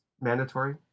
mandatory